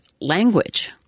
language